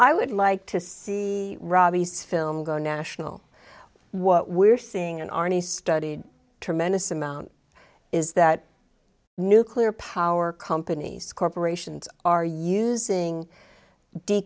i would like to see ravi's film go national what we're seeing an arnie studied tremendous amount is that nuclear power companies corporations are using